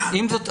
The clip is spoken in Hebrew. עם זאת,